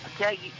Okay